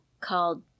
called